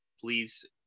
please